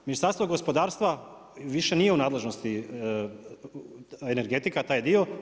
Ministarstvo gospodarstva, više nije u nadležnosti, energetika, taj dio.